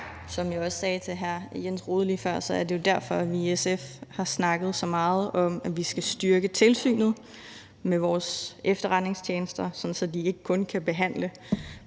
Som jeg også sagde til hr. Jens Rohde lige før, er det jo derfor, at vi i SF har snakket så meget om, at vi skal styrke tilsynet med vores efterretningstjenester, sådan at de ikke kun kan behandle